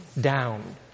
down